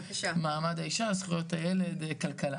קודם כל אנחנו צריכים שהמדינה תשים את ידה בכיס ותתחיל לשלם על זה.